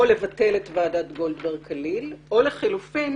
או לבטל את ועדת גולדברג כליל או לחילופין